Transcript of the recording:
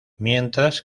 mientras